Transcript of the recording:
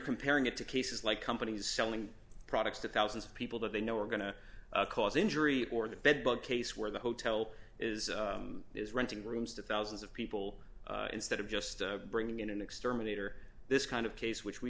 comparing it to cases like companies selling products to thousands of people that they know are going to cause injury or the bed bug case where the hotel is is renting rooms to thousands of people instead of just bringing in an exterminator this kind of case which we